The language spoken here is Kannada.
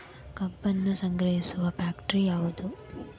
ಕಬ್ಬನ್ನು ಸಂಗ್ರಹಿಸುವ ಫ್ಯಾಕ್ಟರಿ ಯಾವದು?